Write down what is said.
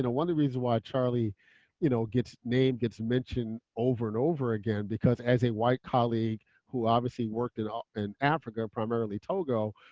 and one of the reasons why charlie's you know name gets mentioned over and over again because as a white colleague, who obviously worked in ah and africa, primarily togo,